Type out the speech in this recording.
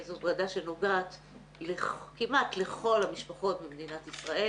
זו ועדה שנוגעת כמעט לכל המשפחות במדינת ישראל.